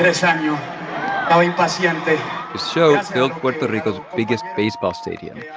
his um you know yeah but yeah show filled puerto rico's biggest baseball stadium. yeah